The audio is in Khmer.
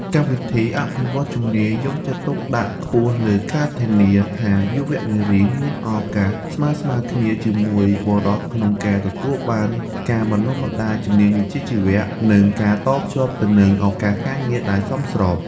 កម្មវិធីអភិវឌ្ឍន៍ជំនាញ យកចិត្តទុកដាក់ខ្ពស់លើការធានាថាយុវនារីមានឱកាសស្មើៗគ្នាជាមួយបុរសក្នុងការទទួលបានការបណ្តុះបណ្តាលជំនាញវិជ្ជាជីវៈ និងការតភ្ជាប់ទៅនឹងឱកាសការងារដែលសមស្រប។